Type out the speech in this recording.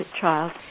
child